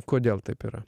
kodėl taip yra